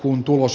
kun tulos